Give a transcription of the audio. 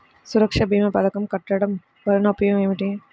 సురక్ష భీమా పథకం కట్టడం వలన ఉపయోగం ఏమిటి?